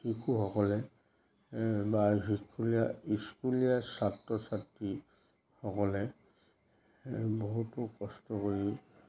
শিশুসকলে এই বা শিশুয়া স্কুলীয়া ছাত্ৰ ছাত্ৰীসকলে বহুতো কষ্ট কৰি